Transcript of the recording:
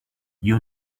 you